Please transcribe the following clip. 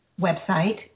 website